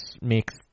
makes